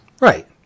Right